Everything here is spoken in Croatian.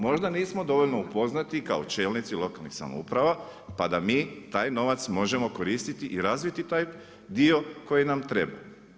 Možda nismo dovoljno upoznati kao čelnici lokalnih samouprava, pa da mi taj novac možemo koristi i razviti taj dio koji nam treba.